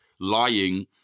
lying